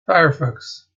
firefox